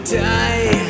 die